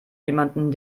jemanden